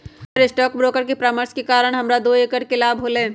हमर stock broker के परामर्श के कारण हमरा दो करोड़ के लाभ होलय